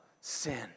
sin